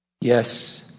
Yes